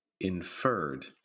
inferred